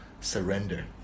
surrender